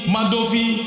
Madovi